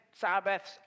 Sabbaths